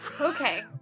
Okay